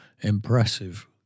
impressive